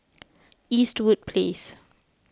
Eastwood Place